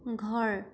ঘৰ